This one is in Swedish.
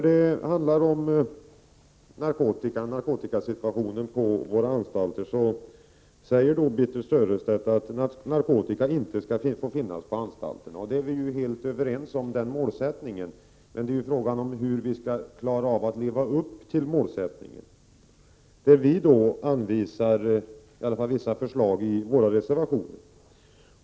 I fråga om narkotikasituationen på anstalter säger Birthe Sörestedt att narkotikan inte skall få finnas på anstalterna. Den målsättningen är vi helt överens om, men frågan är hur man skall leva upp till den målsättningen. Vi anvisar vissa förslag i våra reservationer.